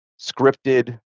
scripted